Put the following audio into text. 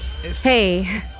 Hey